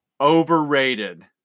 overrated